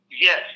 Yes